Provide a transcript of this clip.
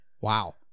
Wow